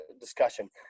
discussion